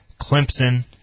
Clemson